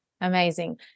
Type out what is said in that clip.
Amazing